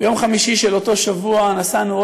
ביום חמישי של אותו שבוע נסענו,